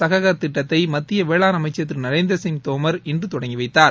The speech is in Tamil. சஹகர் திட்டத்தை மத்திய வேளாண் அமைச்சர் திரு நரேந்திர சிங் தோமர் இன்று தொடங்கி வைத்தார்